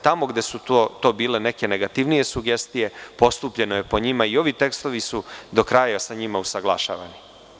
Tamo gde su to bile neke negativnije sugestije postupljeno je po njima i ovi tekstovi su do kraja sa njima usaglašavani.